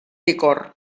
licor